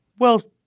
well,